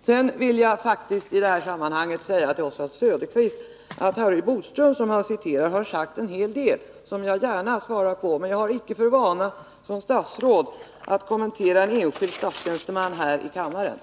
Sedan vill jag i detta sammanhang säga till Oswald Söderqvist att Harry Boström, som han citerar, har sagt en hel del som jag gärna svarar på, men jag har icke för vana att som statsråd kommentera uttalanden av en enskild statstjänsteman här i kammaren.